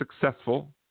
successful